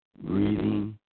breathing